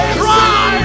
cry